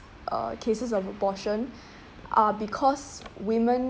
uh cases of abortion are because women